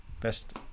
Best